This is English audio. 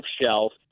shelf